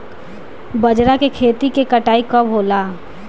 बजरा के खेती के कटाई कब होला?